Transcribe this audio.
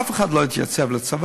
אף אחד לא יתייצב לצבא,